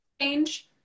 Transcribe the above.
change